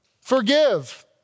Forgive